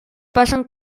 passen